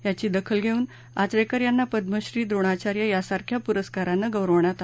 याची दाखल घेऊन आचरेकर यांना पद्मश्री प्रोणाचार्य यांसारख्या पुरस्कारानं गौरवण्यात आलं